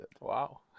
Wow